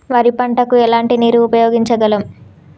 వరి పంట కు ఎలాంటి నీరు ఉపయోగించగలం?